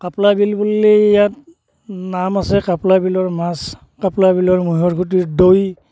কাপলা বিল বুলিলে ইয়াত নাম আছে কাপলা বিলৰ মাছ কাপলা বিলৰ ম'হৰ খুঁটিৰ দৈ